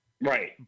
Right